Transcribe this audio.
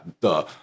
duh